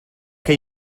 que